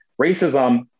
Racism